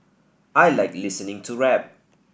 I like listening to rap